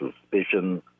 suspicion